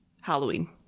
Halloween